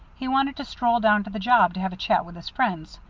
he wanted to stroll down to the job to have a chat with his friends,